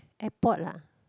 airport lah